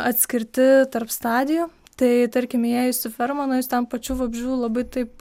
atskirti tarp stadijų tai tarkim įėjus į fermą nu jūs ten pačių vabzdžių labai taip